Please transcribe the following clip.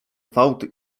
fałd